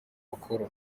bakuru